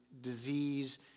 disease